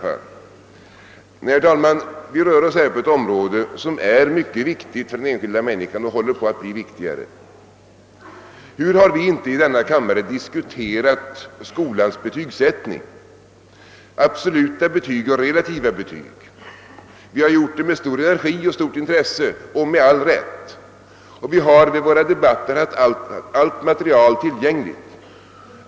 Herr talman! Vi rör oss här på ett område som är mycket viktigt för den enskilda människan och håller på att bli allt viktigare. Hur har vi inte i denna kammare diskuterat skolans betygssättning, absoluta betyg och relativa betyg? Vi har gjort det med stor energi och stort intresse — med all rätt — och vi har vid våra debatter haft allt material tillgängligt.